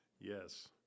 Yes